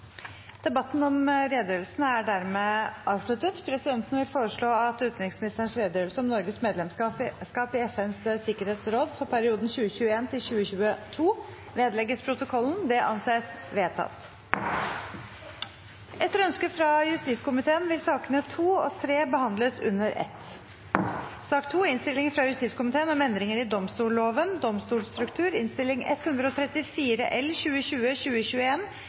Debatten om redegjørelsen er dermed avsluttet. Presidenten vil foreslå at utenriksministerens redegjørelse om Norges medlemskap i FNs sikkerhetsråd for perioden 2021–2022 vedlegges protokollen. – Det anses vedtatt. Etter ønske fra justiskomiteen blir sakene nr. 2 og 3 behandlet under ett. Etter ønske fra justiskomiteen